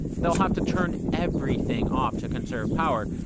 they'll have to turn everything off to conserve power.